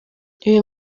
uyu